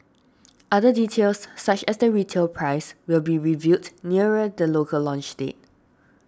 other details such as the retail price will be revealed nearer the local launch date